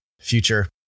future